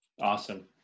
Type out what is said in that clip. Awesome